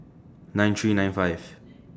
nine three nine five